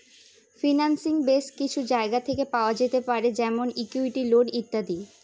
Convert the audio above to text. financing base কিছু জায়গা থেকে পাওয়া যেতে পারে যেমন ইকুইটি, লোন ইত্যাদি